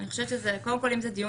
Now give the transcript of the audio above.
צריך לזכור שזה לא רק